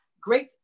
great